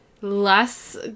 Less